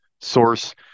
source